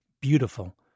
beautiful